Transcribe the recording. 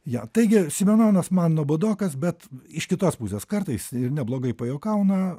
jo taigi simenonas man nuobodokas bet iš kitos pusės kartais ir neblogai pajuokauna